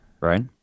Right